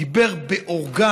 הוא דיבר בערגה